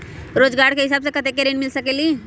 रोजगार के हिसाब से कतेक ऋण मिल सकेलि?